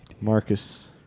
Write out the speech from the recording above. Marcus